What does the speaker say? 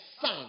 son